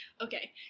Okay